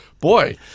Boy